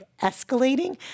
escalating